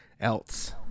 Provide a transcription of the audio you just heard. else